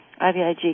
IVIG